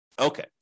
Okay